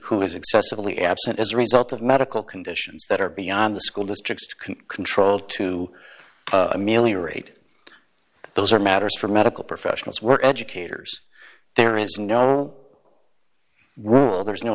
who is excessively absent as a result of medical conditions that are beyond the school district's control to ameliorate those are matters for medical professionals were educators there is no rule there is no